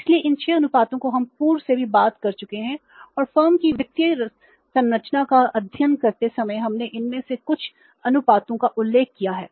इसलिए इन 6 अनुपातों की हम पूर्व में भी बात कर चुके हैं और फर्म की वित्तीय संरचना का अध्ययन करते समय हमने इनमें से कुछ अनुपातों का उल्लेख किया है